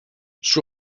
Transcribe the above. suo